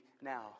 now